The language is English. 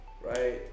Right